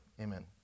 amen